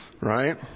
right